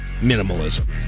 minimalism